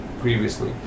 previously